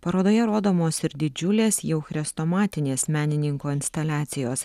parodoje rodomos ir didžiulės jau chrestomatinės menininko instaliacijos